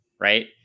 Right